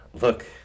look